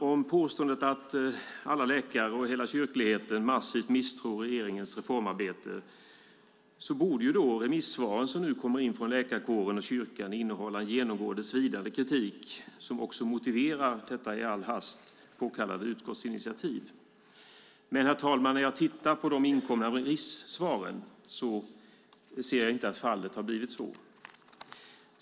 Om påståendet att alla läkare och hela kyrkligheten massivt misstror regeringens reformarbete stämmer borde de remissvar som nu kommer in från läkarkåren och kyrkan innehålla en genomgående svidande kritik, som också motiverar detta i all hast påkallade utskottsinitiativ. Men, herr talman, när jag tittar på de inkomna remissvaren ser jag inte att så är fallet.